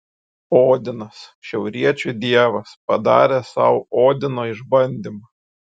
odinas šiauriečių dievas padaręs sau odino išbandymą